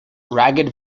ragged